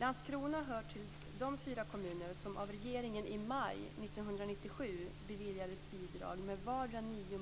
Landskrona hör till de fyra kommuner som av regeringen i maj 1997 beviljades bidrag med vardera 9